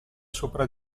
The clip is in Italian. sopra